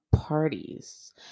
parties